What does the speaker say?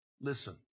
listen